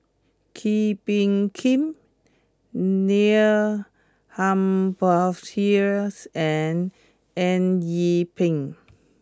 Kee Bee Khim Neil Humphreys and Eng Yee Peng